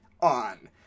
on